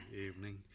evening